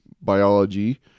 biology